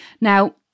Now